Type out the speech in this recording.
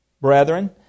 brethren